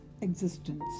existence